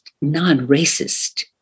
non-racist